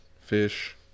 fish